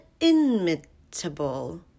Inimitable